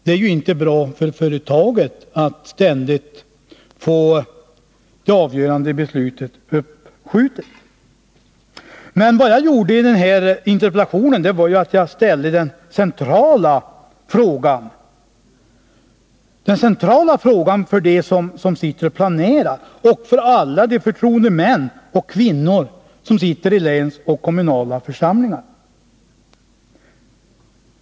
Det är ju inte bra för företaget att ständigt få det avgörande beslutet uppskjutet. I interpellationen ställde jag emellertid just den fråga som är central för dem som planerar och för alla förtroendemän och förtroendekvinnor i länsförsamlingar och kommunala församlingar.